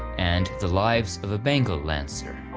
and the lives of a bengal lancer.